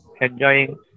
enjoying